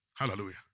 Hallelujah